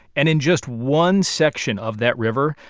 and in just one section of that river,